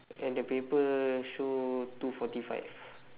and the paper show two forty five